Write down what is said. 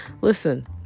listen